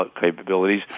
capabilities